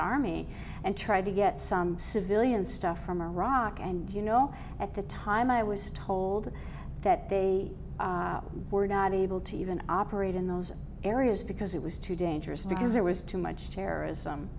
army and tried to get some civilian stuff from iraq and you know at the time i was told that they were not able to even operate in those areas because it was too dangerous because there was too much terrorism